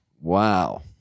wow